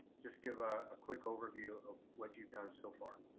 just give a quick overview of what you've done so far.